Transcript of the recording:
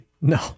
No